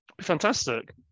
fantastic